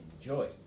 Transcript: enjoy